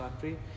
country